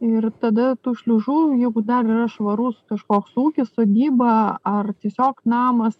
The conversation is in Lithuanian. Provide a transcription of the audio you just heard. ir tada tų šliužų juk dar yra švarus kažkoks ūkis sodyba ar tiesiog namas